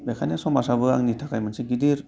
बेनिखायनो समाजाबो आंनि थाखाय मोनसे गिदिर